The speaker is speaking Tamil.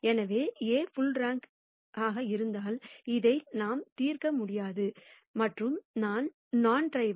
எனவே A புள் ரேங்க் இருந்தால் இதை நாம் தீர்க்க முடியாது மற்றும் நான் த்ரிவள்